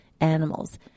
animals